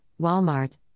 Walmart